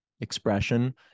expression